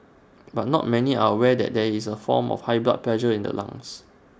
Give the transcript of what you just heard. but not many are aware that there is also A form of high blood pressure in the lungs